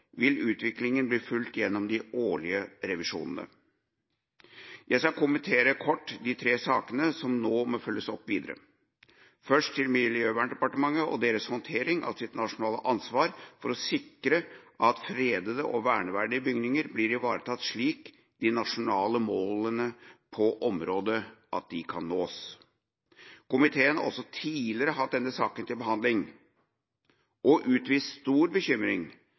vil utviklinga bli fulgt gjennom de årlige revisjonene. Jeg skal kommentere kort de tre sakene som nå må følges opp videre. Først til Miljøverndepartementet og deres håndtering av sitt nasjonale ansvar for å sikre at fredede og verneverdige bygninger blir ivaretatt slik at de nasjonale målene på området kan nås. Komiteen har også tidligere hatt denne saka til behandling og uttrykt stor bekymring